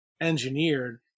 engineered